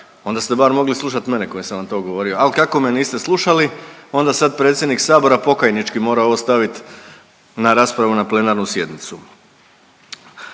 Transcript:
onda ste bar mogli slušat mene koji sam vam to govorio. Al kako me niste slušali onda sad predsjednik Sabora pokajnički mora ovo stavit na raspravu na plenarnu sjednicu.